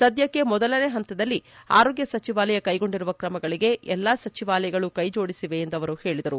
ಸದ್ಲಕ್ಷೆ ಮೊದಲನೆ ಹಂತದಲ್ಲಿ ಆರೋಗ್ಗ ಸಚಿವಾಲಯ ಕೈಗೊಂಡಿರುವ ಕ್ರಮಗಳಗೆ ಎಲ್ಲ ಸಚಿವಾಲಯಗಳು ಕೈಜೋಡಿಸಿವೆ ಎಂದು ಅವರು ಹೇಳಿದರು